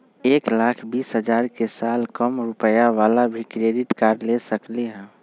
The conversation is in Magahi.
एक लाख बीस हजार के साल कम रुपयावाला भी क्रेडिट कार्ड ले सकली ह?